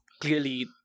clearly